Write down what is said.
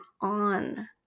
on